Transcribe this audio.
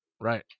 right